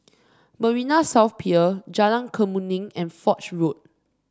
Marina South Pier Jalan Kemuning and Foch Road